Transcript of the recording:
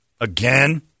again